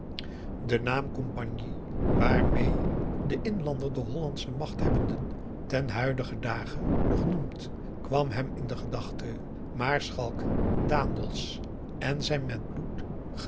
de naam compagnie waarmee de inlander de hollandsche machthebbenden ten huidigen dage nog noemt kwam hem in de gedachte maarschalk daendels en zijn met bloed